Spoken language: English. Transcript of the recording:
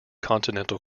continental